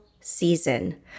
season